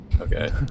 Okay